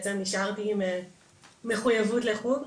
שבעצם נשארתי עם מחויבות לחוג,